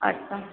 আচ্ছা